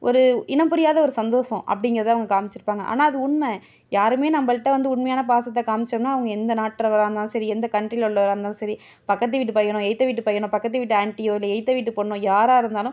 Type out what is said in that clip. ஒரு இனம் புரியாத ஒரு சந்தோசம் அப்படிங்கிறத அவங்க காமிச்சிருப்பாங்க ஆனால் அது உண்மை யாருமே நம்மள்ட்ட வந்து உண்மையான பாசத்தை காமிச்சோன்னா அவங்க எந்த நாட்டவரா இருந்தாலும் சரி எந்த கண்ட்ரியில் உள்ளவராக இருந்தாலும் சரி பக்கத்து வீட்டு பையனோ எதித்த வீட்டு பையனோ பக்கத்து வீட்டு ஆண்ட்டியோ இல்லை எதித்த வீட்டு பொண்ணோ யாராக இருந்தாலும்